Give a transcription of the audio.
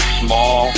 small